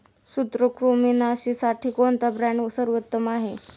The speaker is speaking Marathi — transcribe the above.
सूत्रकृमिनाशीसाठी कोणता ब्रँड सर्वोत्तम आहे?